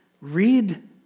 Read